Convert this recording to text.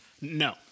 no